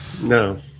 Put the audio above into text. no